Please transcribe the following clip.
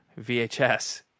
VHS